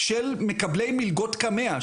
של מקבלי מלגות קמ"ע,